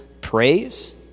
praise